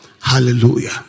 Hallelujah